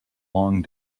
long